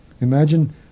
Imagine